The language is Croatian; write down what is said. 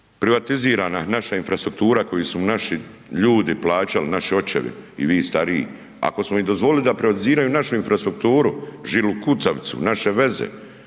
privatizirana naša infrastruktura koju su naši ljudi plaćali, naši očevi i vi stariji, ako smo im dozvolili da privatiziraju našu infrastrukturu, žilu kucavicu, naše veze,